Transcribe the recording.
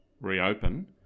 reopen